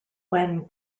when